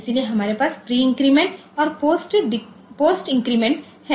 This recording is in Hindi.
इसलिए हमारे पास प्री डिक्रीमेंट और पोस्ट इन्क्रीमेंट है